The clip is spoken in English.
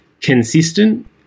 consistent